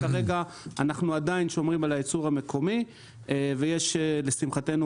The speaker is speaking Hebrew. כרגע אנחנו עדיין שומרים על היצור המקומי,